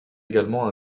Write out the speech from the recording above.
également